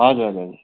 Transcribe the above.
हजुर हजुर हजुर